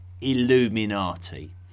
Illuminati